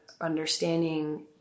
understanding